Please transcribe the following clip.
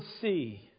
see